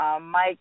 Mike